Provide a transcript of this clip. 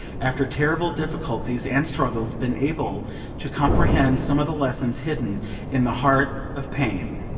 after terrible difficulties and struggles, been able to comprehend some of the lessons hidden in the heart of pain.